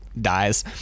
dies